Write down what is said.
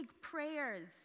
prayers